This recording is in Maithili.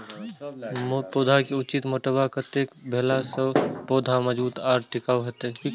पौधा के उचित मोटापा कतेक भेला सौं पौधा मजबूत आर टिकाऊ हाएत?